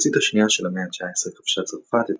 במחצית השנייה של המאה ה-19 כבשה צרפת